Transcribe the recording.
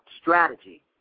strategy